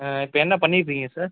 இப்போ என்ன பண்ணிகிட்ருக்கீங்க சார்